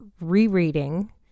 rereading